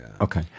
Okay